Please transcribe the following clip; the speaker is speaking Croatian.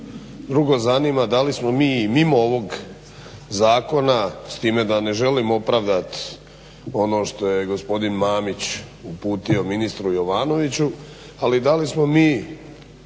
drugo zanima, da li smo mi mimo ovog zakona, s time da ne želim opravdat ono što je gospodin Mamić uputio ministru Jovanoviću, ali da li smo mi